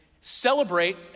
celebrate